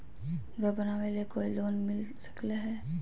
घर बनावे ले कोई लोनमिल सकले है?